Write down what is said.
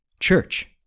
church